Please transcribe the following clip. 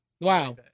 wow